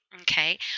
Okay